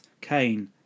Kane